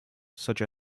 such